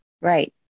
Right